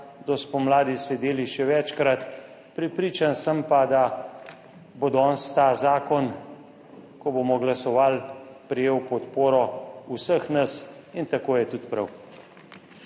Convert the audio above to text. do spomladi sedeli še večkrat. Prepričan sem, da bo danes ta zakon, ko bomo glasovali, prejel podporo vseh nas. In tako je tudi prav.